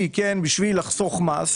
בשביל לחסוך במס.